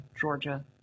georgia